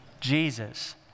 Jesus